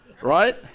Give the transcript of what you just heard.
Right